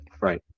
right